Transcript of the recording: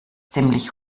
ziemlich